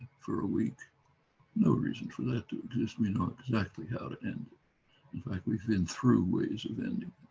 for a week no reason for that to exist. we know exactly how to end in fact we've been through ways of ending.